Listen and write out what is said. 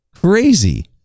crazy